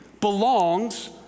belongs